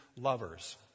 lovers